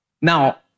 Now